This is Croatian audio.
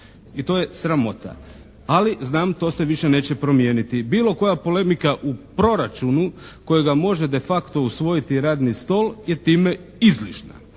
i to je sramota, ali znam to se više neće promijeniti. Bilo koja polemika u proračunu kojega može de facto usvojiti radni stol je time izlišna.